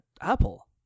Apple